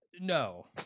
No